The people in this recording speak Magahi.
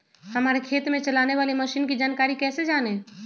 हमारे खेत में चलाने वाली मशीन की जानकारी कैसे जाने?